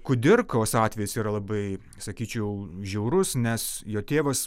kudirkos atvejis yra labai sakyčiau žiaurus nes jo tėvas